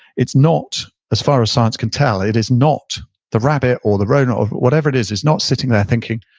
it's not, as far as science can tell it is not the rabbit or the rodent or whatever it is, it's not sitting there thinking,